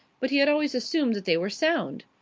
but he had always assumed that they were sound.